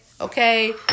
okay